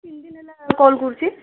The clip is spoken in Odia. ମୁଁ ତିନି ଦିନ ହେଲା କଲ୍ କରୁଛି